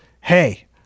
hey